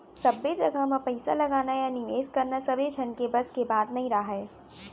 सब्बे जघा म पइसा लगाना या निवेस करना सबे झन के बस के बात नइ राहय